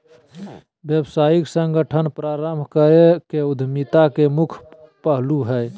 व्यावसायिक संगठन प्रारम्भ करे के उद्यमिता के मुख्य पहलू हइ